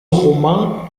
roman